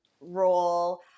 role